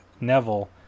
Neville